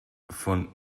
von